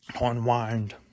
Unwind